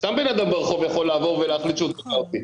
סתם בן אדם ברחוב יכול לעבור ולהחליט שהוא תובע אותי.